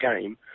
game